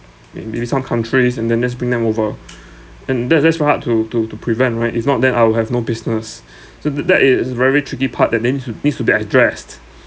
may~ maybe some countries and then let's bring them over and that that's very hard to to to prevent right if not then I will have no business so th~ that is very tricky part that then needs to needs to be addressed